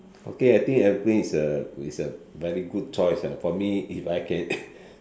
okay I think is a is a very good choice right for me if I can